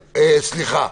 סליחה,